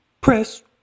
press